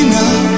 now